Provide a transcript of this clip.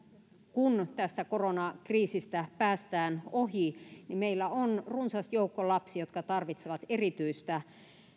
kun tästä koronakriisistä päästään ohi meillä on kaikilla asteilla runsas joukko lapsia jotka tarvitsevat erityistä